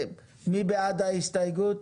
מי בעד ההסתייגות?